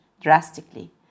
drastically